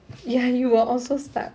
ya you will also start